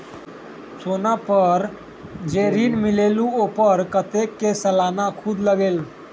सोना पर जे ऋन मिलेलु ओपर कतेक के सालाना सुद लगेल?